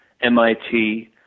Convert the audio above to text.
MIT